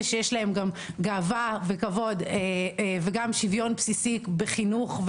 שיש להם גם גאווה וכבוד וגם שוויון בסיסי בחינוך,